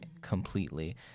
completely